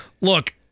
Look